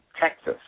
Texas